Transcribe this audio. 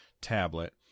tablet